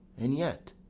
and yet,